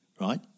right